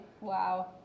Wow